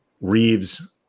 Reeves